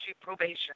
probation